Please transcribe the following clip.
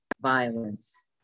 violence